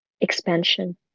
expansion